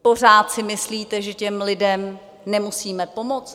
Pořád si myslíte, že lidem nemusíme pomoci?